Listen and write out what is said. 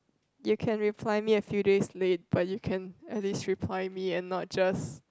you can reply me a few days late but you can at least reply me and not just